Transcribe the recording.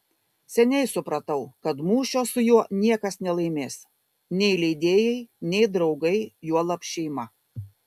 seniai supratau kad mūšio su juo niekas nelaimės nei leidėjai nei draugai juolab šeima